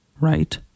Right